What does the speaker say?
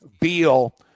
Beal